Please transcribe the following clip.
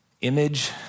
image